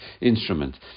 instrument